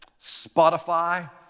Spotify